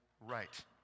right